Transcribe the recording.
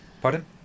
pardon